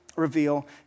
Reveal